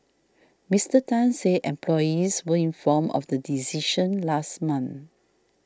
Mister Tan said employees were informed of the decision last month